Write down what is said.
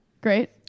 Great